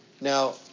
Now